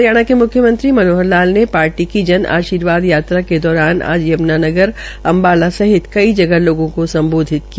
हरियाणा के म्ख्यमंत्री श्री मनोहर लाल ने पार्टी की जन आर्शीवाद यात्रा के दौरान आज यमुनानगर अम्बाला सहित कई जगह लोगों को सम्बोधित किया